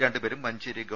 രണ്ടുപേരും മഞ്ചേരി ഗവ